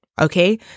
okay